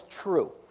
true